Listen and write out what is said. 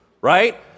right